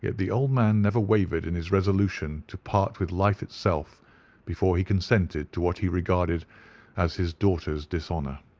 the old man never wavered in his resolution to part with life itself before he consented to what he regarded as his daughter's dishonour.